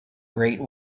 great